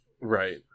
Right